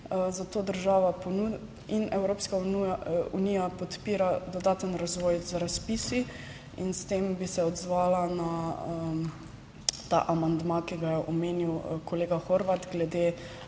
država in Evropska unija podpira dodaten razvoj z razpisi in s tem bi se odzvala na ta amandma, ki ga je omenil kolega Horvat glede